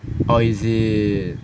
oh is it